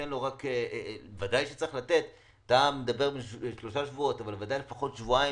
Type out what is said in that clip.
וודאי שצריך לתת למשרד הבריאות לפחות שבועיים,